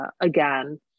again